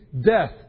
death